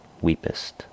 weepest